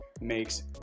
makes